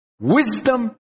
wisdom